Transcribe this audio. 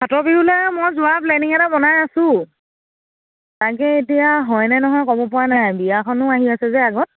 ফাটৰ বিহুলৈ মই যোৱা প্লেনিং এটা বনাই আছো তাকে এতিয়া হয়নে নহয় ক'ব পৰা নাই বিয়াখনো আহি আছে যে আগত